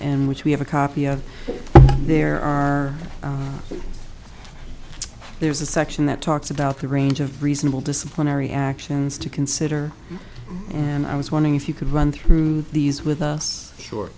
and which we have a copy of that there are there's a section that talks about the range of reasonable disciplinary actions to consider and i was wondering if you could run through these with us short